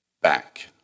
back